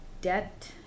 debt